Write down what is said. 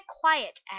quiet